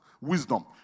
wisdom